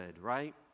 right